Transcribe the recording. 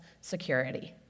security